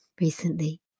recently